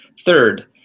Third